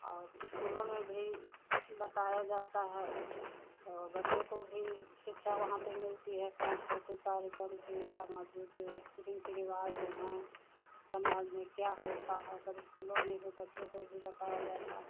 और स्कूलों में भी बताया जाता है तो बच्चों को भी शिक्षा वहाँ पर मिलती है साँस्कृतिक कार्यक्रम की सामाजिक रीति रिवाज़ जो हैं समाज में क्या होता है सब स्कूलों में भी बच्चों को भी बताया जाता है